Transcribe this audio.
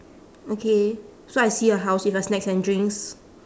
okay so I see a house with a snacks and drinks